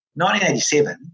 1987